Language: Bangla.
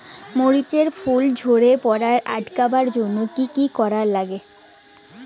মরিচ এর ফুল ঝড়ি পড়া আটকাবার জইন্যে কি কি করা লাগবে?